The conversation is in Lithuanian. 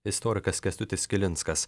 istorikas kęstutis kilinskas